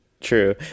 True